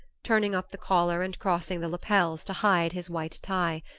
turning up the collar and crossing the lapels to hide his white tie.